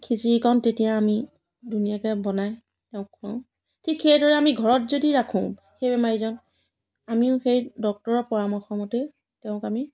খিচিৰিকণ তেতিয়া আমি ধুনীয়াকৈ বনাই তেওঁক খোৱাওঁ ঠিক সেইদৰে ঘৰত যদি ৰাখোঁ সেই বেমাৰীজন আমিও সেই ডক্টৰৰ পৰামৰ্শ মতেই তেওঁক আমি